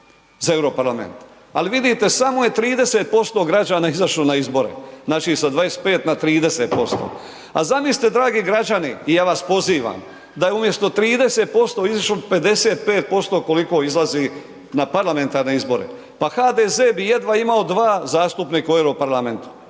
za Europarlament. Ali vidite samo je 30% građana izašlo na izbore, znači sa 25 na 30%, a zamislite dragi građani i ja vas pozivam da je umjesto 30% izišlo 55% koliko izlazi na parlamentarne izbore, pa HDZ bi jedva imao 2 zastupnika u Europarlamentu,